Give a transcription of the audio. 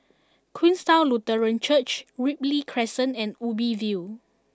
Queenstown Lutheran Church Ripley Crescent and Ubi View